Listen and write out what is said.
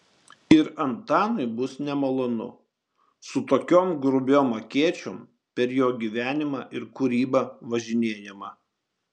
ir antanui bus nemalonu su tokiom grubiom akėčiom per jo gyvenimą ir kūrybą važinėjama